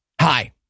Hi